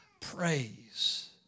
praise